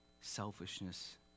selfishness